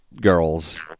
girls